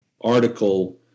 article